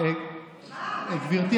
אגב, אם זה נכון, זה בסדר גמור.